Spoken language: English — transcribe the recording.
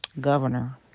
Governor